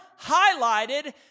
highlighted